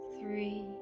Three